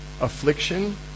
affliction